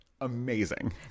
amazing